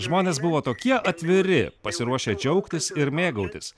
žmonės buvo tokie atviri pasiruošę džiaugtis ir mėgautis